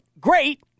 Great